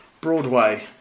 Broadway